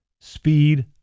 Speed